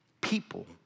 People